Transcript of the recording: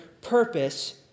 purpose